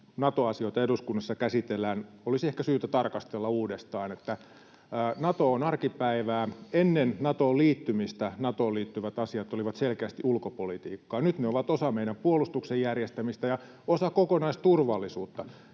Nato-asioita eduskunnassa käsitellään, olisi ehkä syytä tarkastella uudestaan. Nato on arkipäivää. Ennen Natoon liittymistä Natoon liittyvät asiat olivat selkeästi ulkopolitiikkaa. Nyt ne ovat osa meidän puolustuksen järjestämistä ja osa kokonaisturvallisuutta.